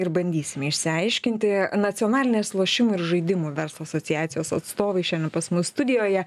ir bandysime išsiaiškinti nacionalinės lošimų ir žaidimų verslo asociacijos atstovai šiandien pas mus studijoje